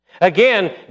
Again